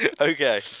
Okay